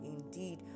indeed